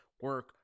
Work